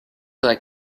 like